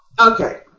Okay